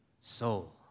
Soul